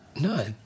No